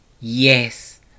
yes